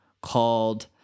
called